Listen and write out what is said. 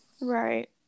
Right